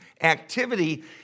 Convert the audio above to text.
activity